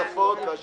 מי נגד?